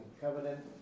covenant